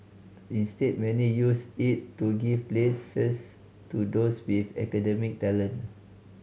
instead many use it to give places to those with academic talent